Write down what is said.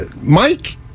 Mike